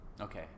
Okay